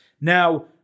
Now